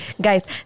guys